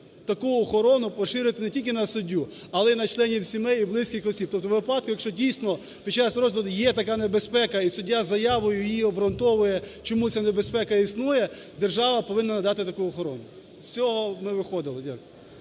таку охорону поширити не тільки на суддю, але і на членів сімей, і близьких осіб. Тобто у випадку, якщо дійсно під час розгляду є така небезпека і суддя з заявою її обґрунтовує, чому ця небезпека існує, держава повинна надати таку охорону. З цього ми виходили. Дякую.